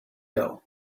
doe